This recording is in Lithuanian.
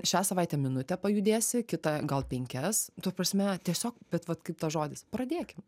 šią savaitę minutę pajudėsi kitą gal penkias ta prasme tiesiog bet vat kaip tas žodis pradėkim